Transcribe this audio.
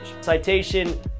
Citation